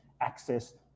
access